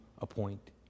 appoint